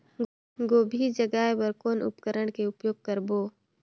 गोभी जगाय बर कौन उपकरण के उपयोग करबो?